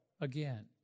again